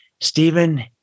Stephen